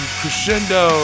crescendo